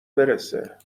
برسه